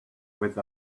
with